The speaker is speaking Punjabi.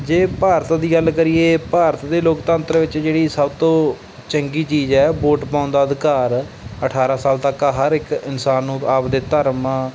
ਜੇ ਭਾਰਤ ਦੀ ਗੱਲ ਕਰੀਏ ਭਾਰਤ ਦੇ ਲੋਕਤੰਤਰ ਵਿੱਚ ਜਿਹੜੀ ਸਭ ਤੋਂ ਚੰਗੀ ਚੀਜ਼ ਹੈ ਵੋਟ ਪਾਉਣ ਦਾ ਅਧਿਕਾਰ ਹੈ ਅਠਾਰ੍ਹਾਂ ਸਾਲ ਤੱਕ ਹਰ ਇੱਕ ਇਨਸਾਨ ਨੂੰ ਆਪਦੇ ਧਰਮ